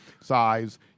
size